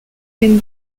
can